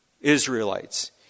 Israelites